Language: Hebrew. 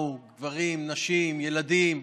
גברים, נשים, ילדים,